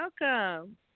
welcome